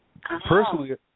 personally